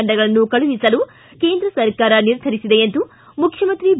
ತಂಡಗಳನ್ನು ಕಳುಹಿಸಲು ಕೇಂದ್ರ ಸರ್ಕಾರ ನಿರ್ಧರಿಸಿದೆ ಎಂದು ಮುಖ್ಯಮಂತ್ರಿ ಬಿ